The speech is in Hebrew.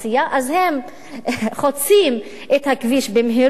אז הם חוצים את הכביש במהירות,